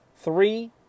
Three